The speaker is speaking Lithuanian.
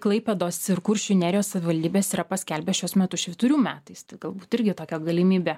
klaipėdos ir kuršių nerijos savivaldybės yra paskelbę šiuos metus švyturių metais galbūt irgi tokia galimybė